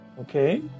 okay